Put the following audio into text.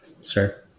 sir